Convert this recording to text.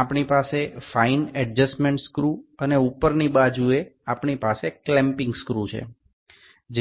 আমাদের সূক্ষ্ম সামঞ্জস্য স্ক্রু রয়েছে এবং উপরের দিকে আমাদের বন্ধনী স্ক্রুগুলি রয়েছে